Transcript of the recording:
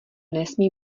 nesmí